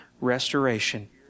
restoration